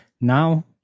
now